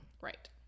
right